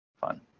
fun